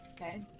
Okay